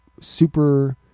super